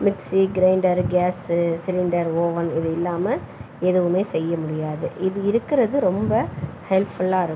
mixie grinder gas cylinder oven இது இல்லாமல் எதுவும் செய்ய முடியாது இது இருக்கிறது ரொம்ப ஹெல்ஃபுல்லாக இருக்கும்